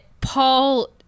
Paul